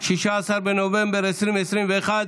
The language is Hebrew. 16 בנובמבר 2021,